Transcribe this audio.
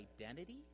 identity